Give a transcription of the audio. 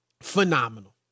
phenomenal